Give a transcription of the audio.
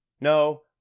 No